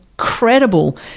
incredible